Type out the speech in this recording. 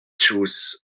choose